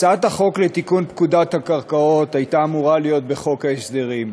הצעת החוק לתיקון פקודת הקרקעות הייתה אמורה להיות בחוק ההסדרים.